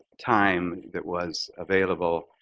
time that was available,